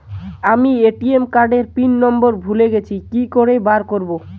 আমি ATM card এর PIN number ভুলে গেছি কি করে বের করব?